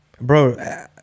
bro